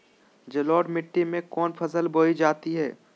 जलोढ़ मिट्टी में कौन फसल बोई जाती हैं?